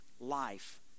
life